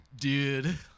dude